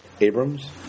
Abrams